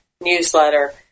newsletter